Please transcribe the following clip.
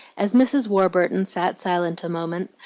as mrs. warburton sat silent a moment,